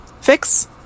Fix